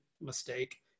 mistake